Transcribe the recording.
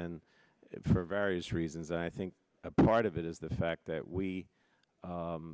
and for various reasons i think part of it is the fact that we